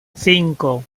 cinco